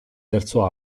terzo